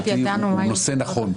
הוא נושא נכון,